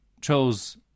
chose